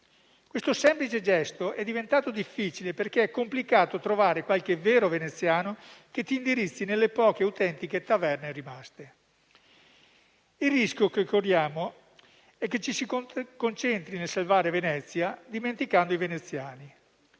Questo semplice gesto è diventato difficile, perché è complicato trovare qualche vero veneziano che indirizzi nelle poche autentiche taverne rimaste. Il rischio che corriamo è che ci si concentri nel salvare Venezia dimenticando i veneziani.